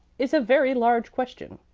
is a very large question.